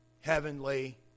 heavenly